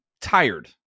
tired